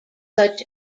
such